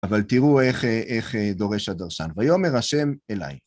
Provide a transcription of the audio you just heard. אבל תראו איך דורש הדרשן, ויאמר ה' אליי.